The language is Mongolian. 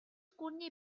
гүрний